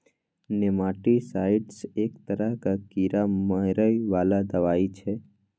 nematicides एक तरहक कीड़ा मारै बला दबाई छै